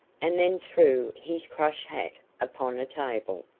and then threw his crush hat upon a table,